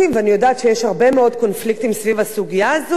ואני יודעת שיש הרבה מאוד קונפליקטים סביב הסוגיה הזאת,